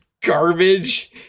garbage